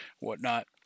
whatnot